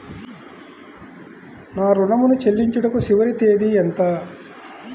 నా ఋణం ను చెల్లించుటకు చివరి తేదీ ఎంత?